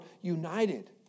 united